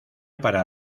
para